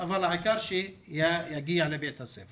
אבל העיקר שיגיע לבית הספר.